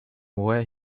where